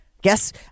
guess